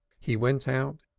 he went out,